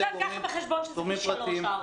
ניצן, קח בחשבון שזה פי שלושה-ארבעה.